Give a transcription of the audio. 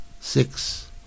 six